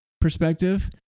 perspective